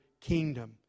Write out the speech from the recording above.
kingdom